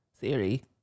Siri